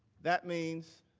that means